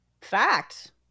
Fact